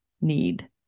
need